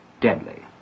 deadly